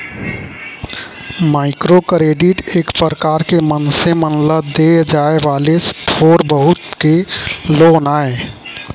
micro credit एक परकार के मनसे मन ल देय जाय वाले थोर बहुत के लोन आय